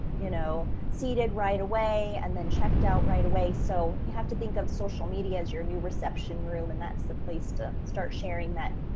you know, seated right away and then checked out right away. so you have to think of social media as your new reception room, and that's the place to start sharing that.